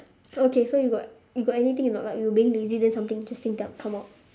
okay so you got you got anything or not like you being lazy then something interesting just come out